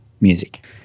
music